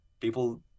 people